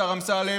השר אמסלם,